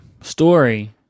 story